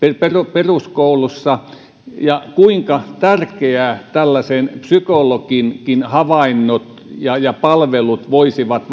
peruskoulussa ja kuinka tärkeitä tällaisen psykologinkin havainnot ja ja palvelut voisivat